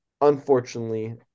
Unfortunately